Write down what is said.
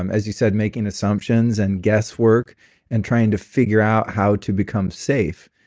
um as you said, making assumptions and guesswork and trying to figure out how to become safe,